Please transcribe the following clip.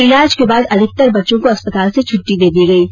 इलाज के बाद अधिकतर बच्चों को अस्पताल से छुट्टी दे दी गई है